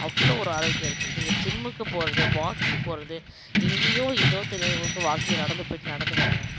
அவ்வளோ ஒரு ஆரோக்கியம் இருக்குது நீங்க ஜிம்முக்கு போகிறது வாக்கிங் போகிறது எங்கேயோ எதோ தெரியாத ஊருக்கு வாக்கிங் நடந்து போயிட்டு நடந்து வராங்க